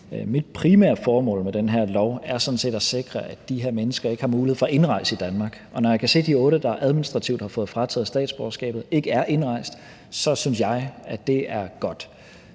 Mit primære formål med det her lovforslag er sådan set at sikre, at de her mennesker ikke har mulighed for at indrejse i Danmark. Og når jeg kan se, at de otte, der administrativt har fået frataget statsborgerskabet, ikke er indrejst, synes jeg, det er godt.